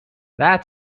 that